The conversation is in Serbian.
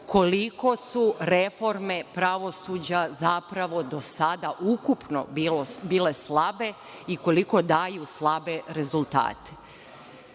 koliko su reforme pravosuđa zapravo do sada ukupno bile slabe i koliko daju slabe rezultate. Te